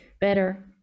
better